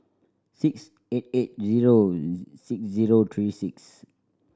six eight eight zero six zero three six